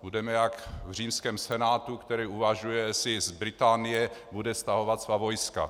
Budeme jak v římském senátu, který uvažuje, jestli z Británie bude stahovat svá vojska.